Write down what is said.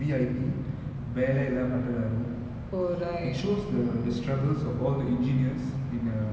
that's the thing about like v~ uh velraj's movies he always takes a point and he